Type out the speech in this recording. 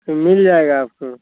तो मिल जाएगा आपको